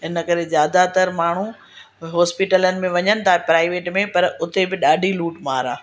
हिन करे ज़्यादातर माण्हू हॉस्पिटलनि में वञनि था प्राइवेट में पर उते बि ॾाढी लूट मार आहे